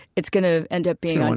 it's going to end up being on